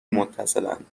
متصلاند